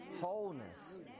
Wholeness